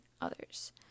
others